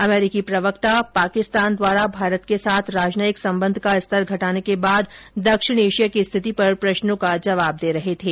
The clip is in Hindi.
अमरीकी प्रवक्ता पाकिस्तान द्वारा भारत के साथ राजनयिक संबंध का स्तर घटाने के बाद दक्षिण एशिया की स्थिति पर प्रश्नों का जवाब दे रहे थे